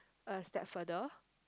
a step further